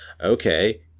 Okay